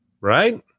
Right